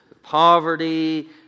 Poverty